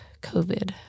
COVID